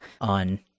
on